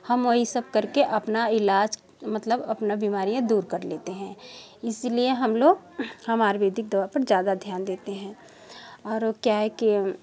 हम वही सब करके अपना इलाज मतलब अपना बीमारियाँ दूर कर लेते हैं इसीलिए हम लोग हम आयुरवेदिक दवा पर ज़्यादा ध्यान देते हैं और क्या है कि